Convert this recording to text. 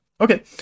okay